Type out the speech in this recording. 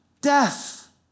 death